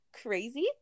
crazy